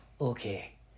Okay